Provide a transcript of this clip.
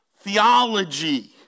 theology